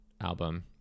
album